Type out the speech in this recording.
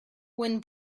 when